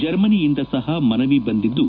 ಜರ್ಮನಿಯಿಂದ ಸಹ ಮನವಿ ಬಂದಿದ್ದು